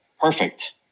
perfect